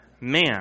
man